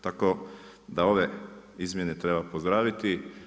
Tako da ove izmjene treba pozdraviti.